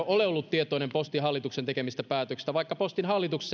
tietoinen postin hallituksen tekemistä päätöksistä vaikka postin hallituksessa